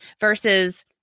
versus